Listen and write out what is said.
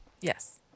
Yes